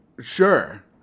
Sure